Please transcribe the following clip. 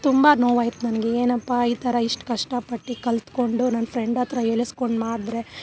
ತುಂಬ ನೋವಾಯಿತು ನನಗೆ ಏನಪ್ಪಾ ಈ ಥರ ಇಷ್ಟು ಕಷ್ಟಪಟ್ಟು ಕಲಿತ್ಕೊಂಡು ನನ್ನ ಫ್ರೆಂಡ್ಹತ್ರ ಹೇಳಿಸ್ಕೊಂಡು ಮಾಡಿದರೆ